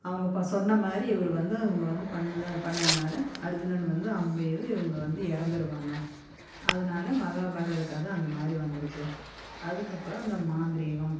அவங்க ப சொன்ன மாதிரி இவரு வந்து இவங்க வந்து பண்ணு பண்ணுவனால அர்ஜுனன் வந்து அம்பை எயிது இவங்க வந்து இறந்துருவாங்க அதனால மகாபாரத கதை அந்த மாதிரி வந்து இருக்கு அதுக்கப்புறோம் அந்த மாந்திரீகம்